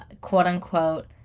quote-unquote